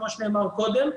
כמו שנאמר קודם.